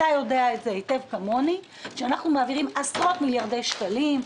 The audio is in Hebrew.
יודע היטב כמוני שאנחנו מעבירים עשרות מיליארדי שקלים.